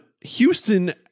Houston